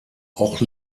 auch